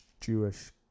Jewish